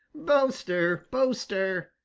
boaster! boaster!